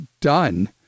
done